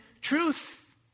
truth